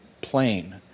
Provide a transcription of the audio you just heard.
plain